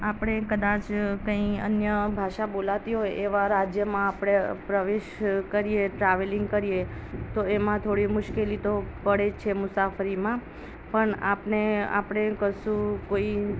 આપણે કદાચ કોઈ અન્ય ભાષા બોલાતી હોય એવા રાજ્યમાં આપણે પ્રવેશ કરીએ ટ્રાવેલિંગ કરીએ તો એમાં થોડી મુશ્કેલી તો પડે જ છે મુસાફરીમાં પણ આપણે આપણે કશું કોઈ